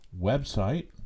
website